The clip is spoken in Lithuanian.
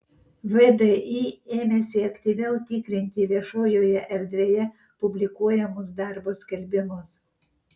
vdi ėmėsi aktyviau tikrinti viešojoje erdvėje publikuojamus darbo skelbimus